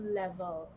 level